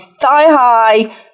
thigh-high